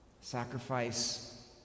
sacrifice